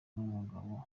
n’umugabo